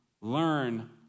learn